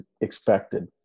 expected